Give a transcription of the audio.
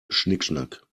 schnickschnack